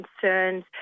concerns